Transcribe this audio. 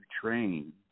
train